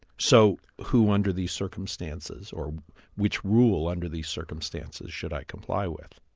so who under these circumstances, or which rule under these circumstances, should i comply with?